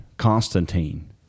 Constantine